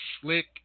Slick